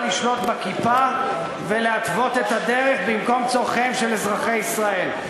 לשלוט בכיפה ולהתוות את הדרך במקום צורכיהם של אזרחי ישראל.